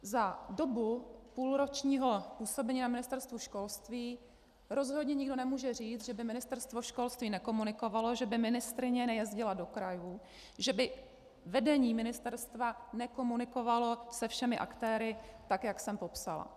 Za dobu půlročního působení na Ministerstvu školství rozhodně nikdo nemůže říct, že by Ministerstvo školství nekomunikovalo, že by ministryně nejezdila do krajů, že by vedení ministerstva nekomunikovalo se všemi aktéry, tak jak jsem popsala.